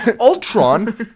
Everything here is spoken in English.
Ultron